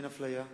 אין אפליה.